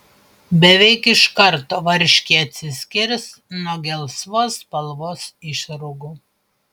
beveik iš karto varškė atsiskirs nuo gelsvos spalvos išrūgų